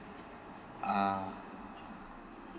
uh